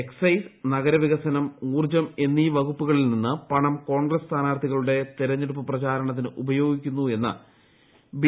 excise നഗരവികസനം ഉൌർജ്ജു എന്നീ വകുപ്പുകളിൽ നിന്ന് പണം കോൺഗ്രസ് സ്ഥാനാർത്ഥികളുടെ തെരഞ്ഞെടുപ്പ് പ്രചാരണത്തിന് ഉപയോഗിക്കുന്നു എന്ന് ബി